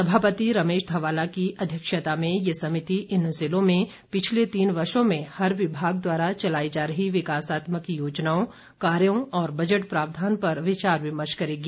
सभापति रमेश धवाला की अध्यक्षता में ये समिति इन जिलों में पिछले तीन वर्षों में हर विभाग द्वारा चलाई जा रही विकासात्मक योजनाओं कार्यों और बजट प्रावधान पर विचार विमर्श करेगी